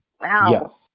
Wow